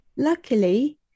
Luckily